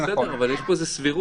בסדר, אבל יש פה איזה סבירות.